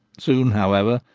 soon, however,